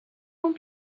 اون